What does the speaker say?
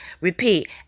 Repeat